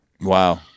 Wow